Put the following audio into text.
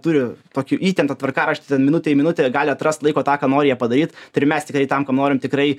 turi tokį įtemptą tvarkaraštį ten minutė į minutę gali atrast laiko tą ką nori jie padaryt tai ir mes tikrai tam kam norim tikrai